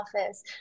Office